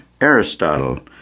Aristotle